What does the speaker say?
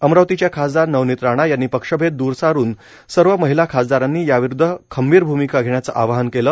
अमरावतीच्या खासदार नवनीत राणा यांनी पक्षभेद दूर सारून सर्व महिला खासदारांनी याविरुद्ध खंबीर भूमिका घेण्याचं आवाहन केलं